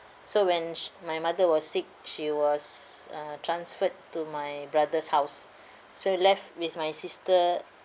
so when she my mother was sick she was uh transferred to my brother's house so left with my sister